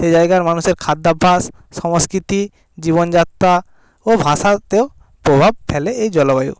সেই জায়গার মানুষের খাদ্যাভ্যাস সংস্কৃতি জীবন যাত্রা ও ভাষাতেও প্রভাব ফেলে এই জলবায়ু